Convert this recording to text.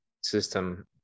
system